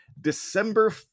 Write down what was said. December